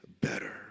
better